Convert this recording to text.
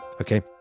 Okay